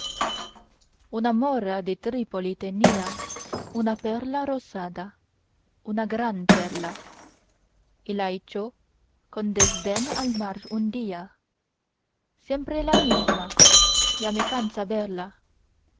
una mora de trípoli tenía una perla rosada una gran perla y la echó con desdén al mar un día siempre la misma ya me cansa verla